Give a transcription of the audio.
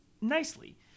nicely